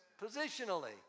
positionally